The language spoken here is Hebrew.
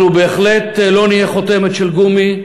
אנחנו בהחלט לא נהיה חותמת של גומי,